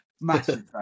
massive